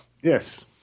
Yes